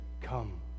come